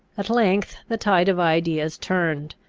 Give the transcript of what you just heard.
at length the tide of ideas turned.